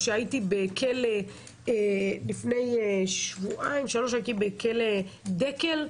לפני שבועיים-שלושה הייתי בכלא דקל,